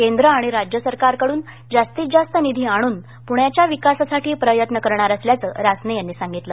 केंद्र आणि राज्य सरकारकडून जास्तीत जास्त निधी आणून पण्याच्या विकासासाठी प्रयत्न करणार असल्याचं रासने यांनी सांगितलं